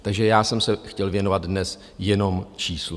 Takže já jsem se chtěl věnovat dnes jenom číslům.